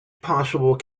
possible